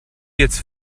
jetzt